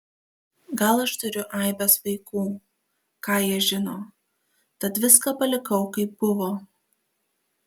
gal aš turiu aibes vaikų ką jie žino tad viską palikau kaip buvo